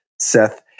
Seth